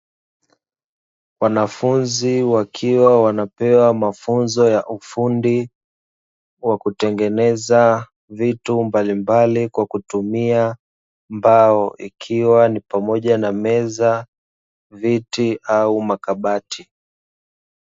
Wanafunzi wakiwa wanapewa mafunzo ya ufundi wa kutengeneza vitu mbalimbali kwa kutumia mbao ikiwa ni pamoja na; meza, viti au makabati.